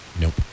Nope